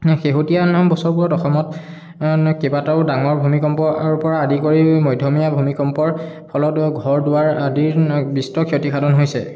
শেষতীয়া বছৰবোৰত অসমত কেবাটাও ডাঙৰ ভুমিকম্পৰ পৰা আদি কৰি মধ্যমীয়া ভুমিকম্পৰ ফলত ঘৰ দুৱাৰ আদিৰ বিস্তৰ ক্ষতিসাধান হৈছে